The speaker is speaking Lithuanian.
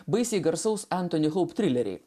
baisiai garsaus entoni houp trileriai